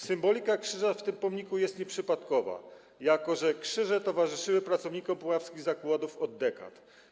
Symbolika krzyża na tym pomniku jest nieprzypadkowa, jako że krzyże towarzyszyły pracownikom puławskich zakładów od dekad.